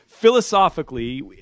philosophically